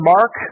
Mark